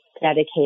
dedicated